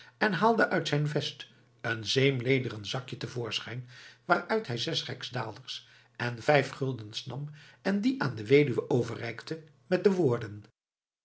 en haalde uit zijn vest een zeemlederen zakje te voorschijn waaruit hij zes rijksdaalders en vijf guldens nam en die aan de weduwe overreikte met de woorden